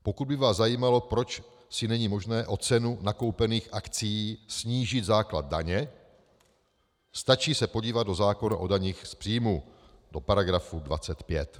Pokud by vás zajímalo, proč si není možné o cenu nakoupených akcií snížit základ daně, stačí se podívat do zákona o daních z příjmů do § 25.